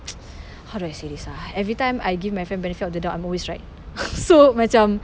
how do I say this ah everytime I give my friend benefit of the doubt I'm always right so macam